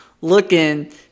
looking